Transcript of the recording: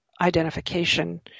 identification